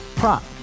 prop